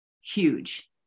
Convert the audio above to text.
Huge